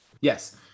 Yes